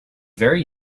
very